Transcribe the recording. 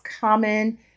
common